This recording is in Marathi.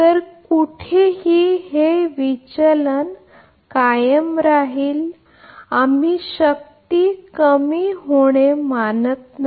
तर कुठेही हे विचलन कायम राहील आम्ही शक्ती कमी होणे मानत नाही